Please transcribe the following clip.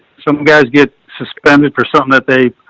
some guys get suspended for something that they,